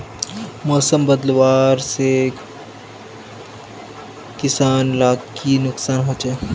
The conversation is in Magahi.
मौसम बदलाव से किसान लाक की नुकसान होचे?